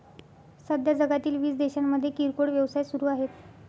सध्या जगातील वीस देशांमध्ये किरकोळ व्यवसाय सुरू आहेत